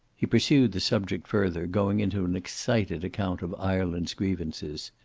he pursued the subject further, going into an excited account of ireland's grievances.